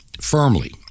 firmly